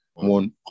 one